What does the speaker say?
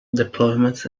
deployments